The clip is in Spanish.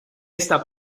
esta